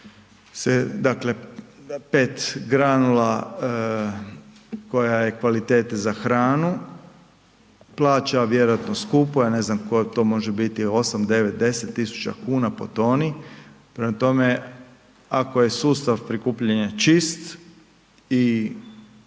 se pet granula koja je kvalitete za hranu plaću vjerojatno skupo, ja ne znam to može biti 8,9, 10.000 kuna po toni. Prema tome ako je sustav prikupljanja čist i